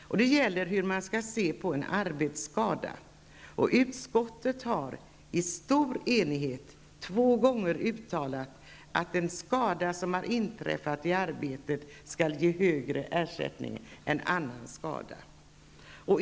Det gäller hur man skall se på en arbetsskada. Utskottet har i stor enighet två gånger uttalat att den skada som har inträffat i arbetet skall ge högre ersättning än annan skada.